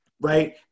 Right